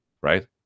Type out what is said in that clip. right